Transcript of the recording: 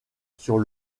sur